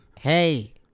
hey